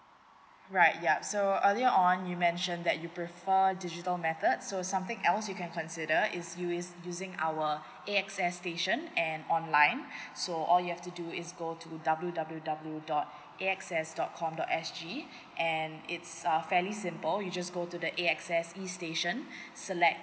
right yup so earlier on you mention that you prefer digital method so something else you can consider is use using our A_X_S station and online so all you have to do is go to W W W dot A X S dot com dot S G and it's uh fairly simple you just go to the A_X_S E station select